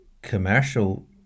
commercial